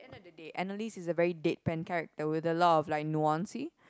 end of the day Annalise is a very deadpan character with a lot of like nuances